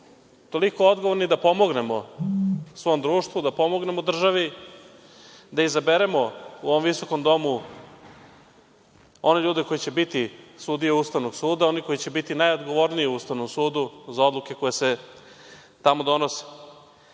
toliko odgovorni da pomognemo svom društvu, da pomognemo državi, da izaberemo u ovom visokom domu one ljude koji će biti sudije Ustavnog suda, oni koji će biti najodgovorniji u Ustavnom sudu za odluke koje se tamo donose. Danas